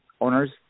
owners